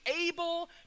able